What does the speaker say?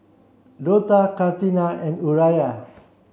Dortha Katrina and Uriah